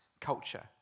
culture